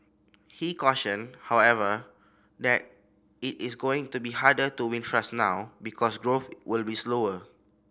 he cautioned however that it is going to be harder to win trust now because growth will be slower